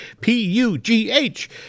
P-U-G-H